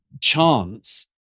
chance